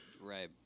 right